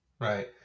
Right